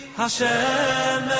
Hashem